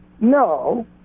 no